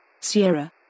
Sierra